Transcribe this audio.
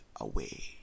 away